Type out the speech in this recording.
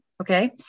Okay